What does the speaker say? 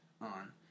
on